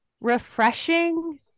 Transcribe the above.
refreshing